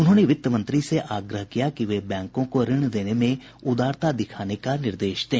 उन्होंने वित्त मंत्री से आग्रह किया है कि वे बैंकों को ऋण देने में उदारता दिखाने का निर्देश दें